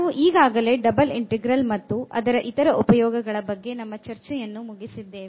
ನಾವು ಈಗಾಗಲೇ double integral ಮತ್ತು ಅದರ ಇತರೆ ಉಪಯೋಗಗಳ ಬಗ್ಗೆ ನಮ್ಮ ಚರ್ಚೆಯನ್ನು ಮುಗಿಸಿದ್ದೇವೆ